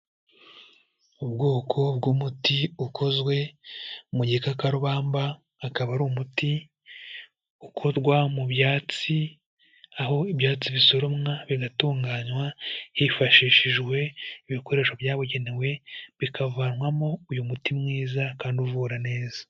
Ubwoko bw'umuti ukozwe mu gikakarubamba, akaba ari umuti ukorwa mu byatsi, aho ibyatsi bisoromwa, bigatunganywa hifashishijwe ibikoresho byabugenewe, bikavanwamo uyu muti mwiza kandi uvura neza.